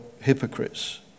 hypocrites